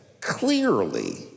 Clearly